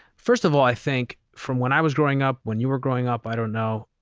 first of all, i think from when i was growing up, when you were growing up, i don't know,